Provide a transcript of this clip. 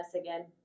again